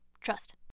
trust